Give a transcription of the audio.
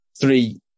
three